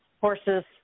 horses